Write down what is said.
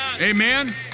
Amen